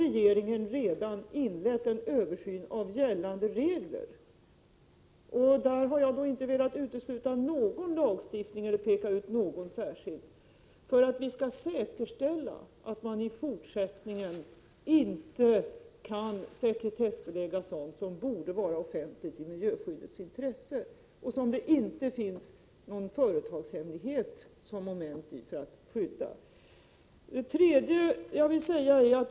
Regeringen har redan inlett en översyn av gällande regler — där jag inte har velat utesluta någon lagstiftning eller peka ut någon särskild — för att vi skall säkerställa att man i fortsättningen inte kan sekretessbelägga sådant som borde vara offentligt i miljöskyddets intresse och som det inte finns någon anledning att skydda, därför att det skulle handla om en företagshemlighet. 3.